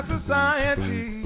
society